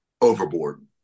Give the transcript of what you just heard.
overboard